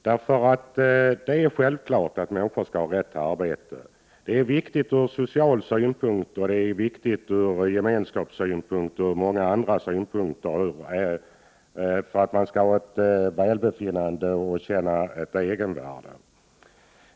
Det är självklart att människor skall ha rätt till arbete. Det är viktigt ur social synpunkt, ur gemenskapssynpunkt och ur många andra synpunkter för att människor skall känna ett välbefinnande och att de har ett egenvärde.